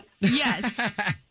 Yes